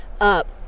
up